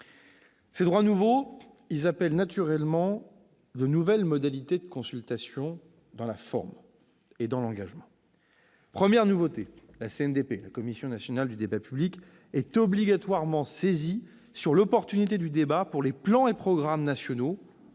Ces droits nouveaux appellent naturellement de nouvelles modalités de consultation dans la forme et dans l'engagement. Première nouveauté : la CNDP, la Commission nationale du débat public, est obligatoirement saisie sur l'opportunité du débat pour les plans et programmes nationaux-